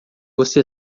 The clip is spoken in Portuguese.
você